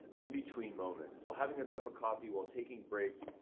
in between moments, while having a cup of coffee, while taking breaks.